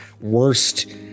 worst